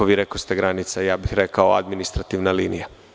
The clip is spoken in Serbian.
Vi kažete granica, ja bih rekao – administrativna linija.